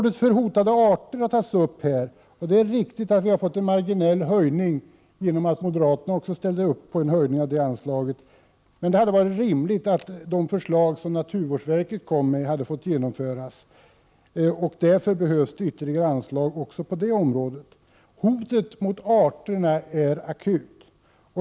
Målet för hotade arter har berörts här. Det är riktigt att det blir en marginell höjning genom att också moderaterna ställer sig bakom en höjning av det anslaget, men det hade varit rimligt att de förslag som naturvårdsverket lagt fram hade fått genomföras, och därför behövs ytterligare anslag också på det området. Hotet mot arterna är akut.